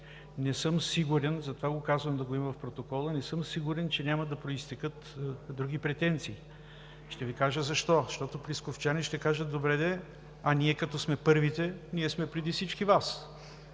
Не съм сигурен – затова го казвам, да го има в протокола, че няма да произтекат други претенции. Ще Ви кажа защо. Защото плисковчани ще кажат: „Добре де, а ние като сме първите? Ние сме преди всички Вас.